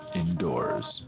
indoors